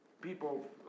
people